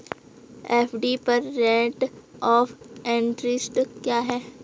FD पर rate of interest क्या है?